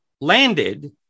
landed